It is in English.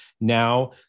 now